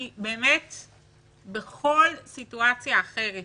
בכל סיטואציה אחרת